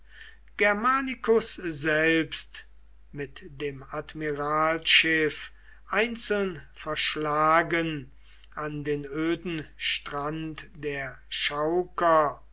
germanicus selbst mit dem admiralschiff einzeln verschlagen an den öden strand der